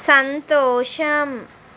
సంతోషం